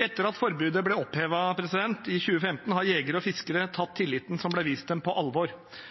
Etter at forbudet ble opphevet i 2015, har jegere og fiskere tatt tilliten som ble vist dem, på alvor.